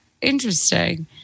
Interesting